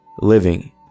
living